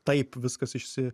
taip viskas išsi